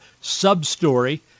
sub-story